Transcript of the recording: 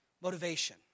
motivation